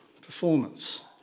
performance